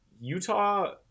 Utah